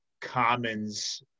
commons